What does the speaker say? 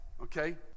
Okay